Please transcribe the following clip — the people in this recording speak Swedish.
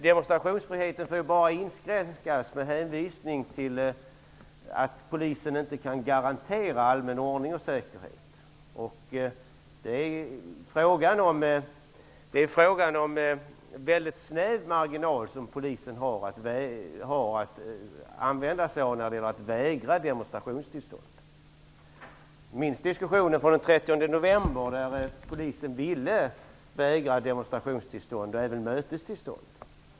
Demonstrationsfriheten får ju bara inskränkas om polisen inte kan garantera allmän ordning och säkerhet. Polisen har en väldigt snäv marginal att använda sig av när det gäller att vägra demonstrationstillstånd. Vi minns diskussionen från den 30 november då polisen ville vägra demonstrationstillstånd och även mötestillstånd.